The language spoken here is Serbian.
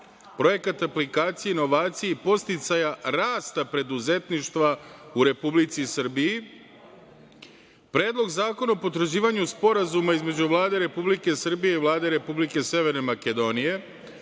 projekat aplikacije, inovaciji, podsticaja rasta preduzetništva u Republici Srbiji, Predlog zakona o potvrđivanju Sporazuma između Vlade Republike Srbije i Vlade Republike Severne Makedonije,